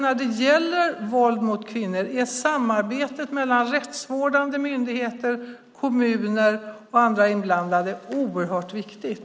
När det gäller våld mot kvinnor är samarbetet mellan rättsvårdande myndigheter, kommuner och andra inblandade oerhört viktigt.